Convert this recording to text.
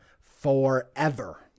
forever